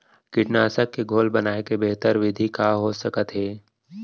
कीटनाशक के घोल बनाए के बेहतर विधि का हो सकत हे?